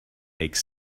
make